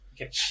Okay